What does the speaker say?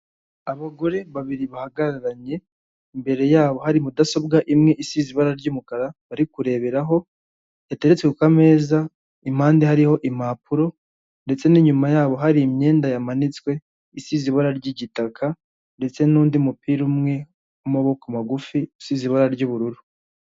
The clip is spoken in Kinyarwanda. Abagore babiri bahagararanye; imbere yabo hari mudasobwa imwe isize ibara ry'umukara bari kureberaho, iteretse kuk'ameza impande hariho impapuro ndetse n'inyuma yabo hari imyenda yamanitswe isize ibara ry'igitaka ndetse n'undi mupira umwe w'amaboko magufi usize ibara ry'ubururu.